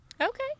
Okay